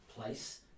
place